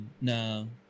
No